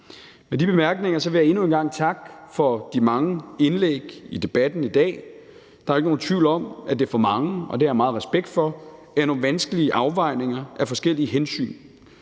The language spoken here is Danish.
Med de bemærkninger vil jeg endnu en gang takke for de mange indlæg i debatten i dag. Der er ikke nogen tvivl om, at det for mange er nogle vanskelige afvejninger af forskellige hensyn,